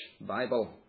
Bible